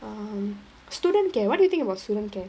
um student care what do you think about student care